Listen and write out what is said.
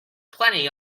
plenty